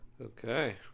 Okay